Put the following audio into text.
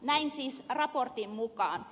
näin siis raportin mukaan